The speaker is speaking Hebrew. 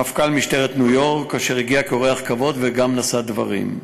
מפכ"ל משטרת ניו-יורק אשר הגיע כאורח כבוד גם נשא דברים.